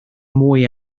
mwy